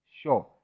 sure